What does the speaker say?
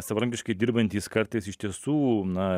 savarankiškai dirbantys kartais iš tiesų na